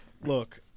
Look